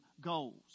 goals